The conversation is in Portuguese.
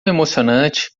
emocionante